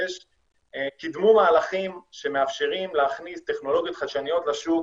קידמו מהלכים שמאפשרים להכניס טכנולוגיות חדשניות בשוק,